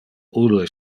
ulle